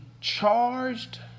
charged